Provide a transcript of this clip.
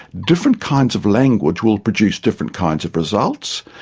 different kinds of language will produce different kinds of results.